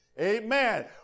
Amen